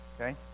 okay